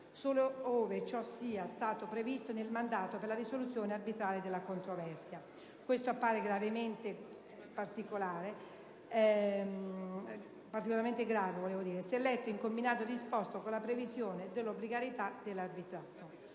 solo ove ciò sia stato previsto nel mandato per la risoluzione arbitrale della controversia. Questo appare particolarmente grave se letto in combinato disposto con la previsione dell'obbligatorietà dell'arbitrato.